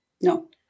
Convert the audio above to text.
No